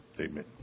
Amen